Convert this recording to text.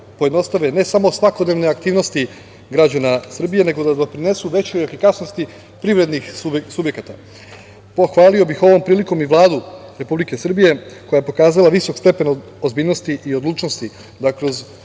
pojednostave ne samo svakodnevne aktivnosti građana Srbije, nego da doprinesu većoj efikasnosti privrednih subjekata. Pohvalio bih ovom prilikom i Vladu Republike Srbije, koja je pokazala visok stepen ozbiljnosti i odlučnosti, da kroz